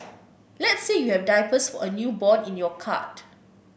let's say you have diapers for a newborn in your cart